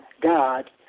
God